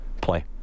play